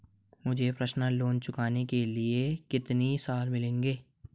मुझे personal loan चुकाने के लिए कितने साल मिलेंगे?